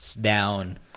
down